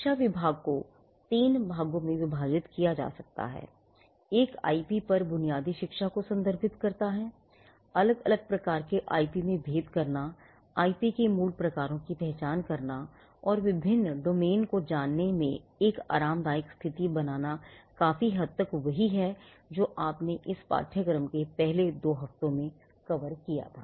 शिक्षा भाग को तीन भागों में विभाजित किया जा सकता है एक आईपी पर बुनियादी शिक्षा को संदर्भित करता है अलग अलग प्रकार के आईपी में भेद करना और आईपी के मूल प्रकारों की पहचान करना और विभिन्न डोमेन को जानने में एक आरामदायक स्थिति बनना काफी हद तक वही है जो आपने इस पाठ्यक्रम के पहले दो हफ्तों में कवर किया था